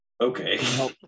Okay